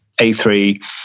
A3